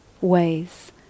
ways